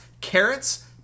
carrots